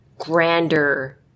grander